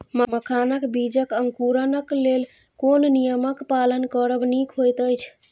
मखानक बीज़ क अंकुरन क लेल कोन नियम क पालन करब निक होयत अछि?